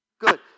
Good